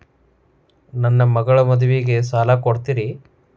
ನನ್ನ ಮಗಳ ಮದುವಿಗೆ ಸಾಲ ಕೊಡ್ತೇರಿ?